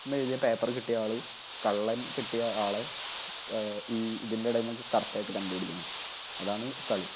എന്നെഴുതിയ paper കിട്ടിയ ആള് കള്ളൻ കിട്ടിയ ആളെ ഇതിൻ്റെടയില്ന്ന് കറക്റ്റായിട്ട് കണ്ടുപിടിക്കണം അതാണ് കളി